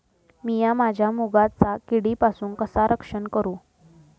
मीया माझ्या मुगाचा किडीपासून कसा रक्षण करू?